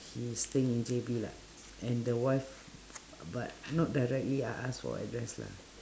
his thing in J_B lah and the wife but not directly I ask for address lah